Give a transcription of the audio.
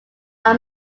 are